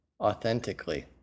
authentically